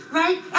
right